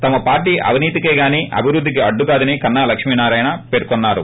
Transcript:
తమ పార్టీ అవినీతికే గాని అభివృద్దికి అడ్డుకాదని కన్సా లక్మీనారాయణ పేర్కొన్నారు